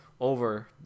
over